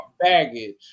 baggage